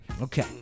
Okay